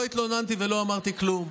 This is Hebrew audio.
לא התלוננתי ולא אמרתי כלום.